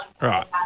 Right